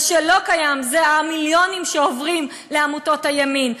מה שלא קיים זה השקיפות של המיליונים שעוברים לעמותות הימין.